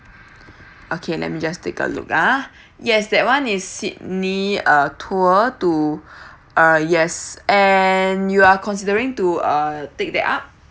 okay let me just take a look ah yes that [one] is sydney uh tour to uh yes and you are considering to uh take that up